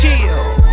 chill